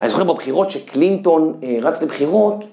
‫אני זוכר בבחירות ‫שקלינטון רץ לבחירות.